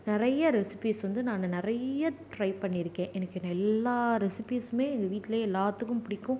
நிறைய ரெசிப்பீஸ் வந்து நான் நிறைய ட்ரை பண்ணியிருக்கேன் எனக்கு எல்லா ரெசிப்பீஸ்சுமே எங்கள் வீட்டிலேயே எல்லாத்துக்கும் பிடிக்கும்